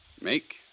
Make